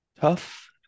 Tough